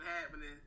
happening